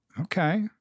okay